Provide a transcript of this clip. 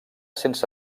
sense